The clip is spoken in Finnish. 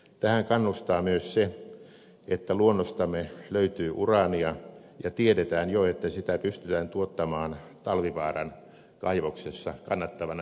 tähän kannustaa myös se että luonnostamme löytyy uraania ja tiedetään jo että sitä pystytään tuottamaan talvivaaran kaivoksessa kannattavana sivutuotteena